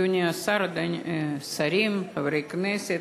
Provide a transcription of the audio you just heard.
אדוני השר, שרים, חברי הכנסת,